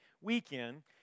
weekend